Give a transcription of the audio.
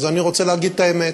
אז אני רוצה להגיד את האמת.